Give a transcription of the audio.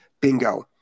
Bingo